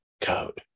code